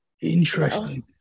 Interesting